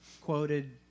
quoted